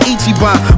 Ichiban